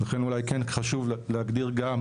לכן אולי כן חשוב להגדיר גם,